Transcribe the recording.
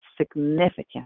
significant